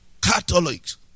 Catholics